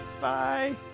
Bye